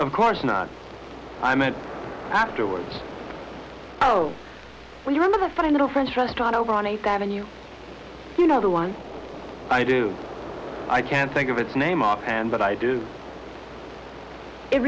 of course not i met afterwards oh we're going to find a french restaurant over on eighth avenue you know the one i do i can't think of its name off and but i do it